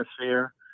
atmosphere